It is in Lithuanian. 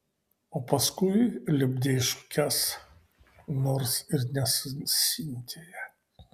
o paskui lipdei šukes nors ir ne su sintija